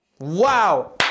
wow